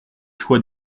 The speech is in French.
choix